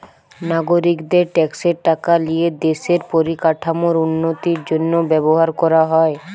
নাগরিকদের ট্যাক্সের টাকা লিয়ে দেশের পরিকাঠামোর উন্নতির জন্য ব্যবহার করা হয়